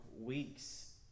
weeks